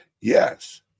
Yes